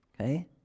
Okay